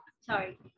Sorry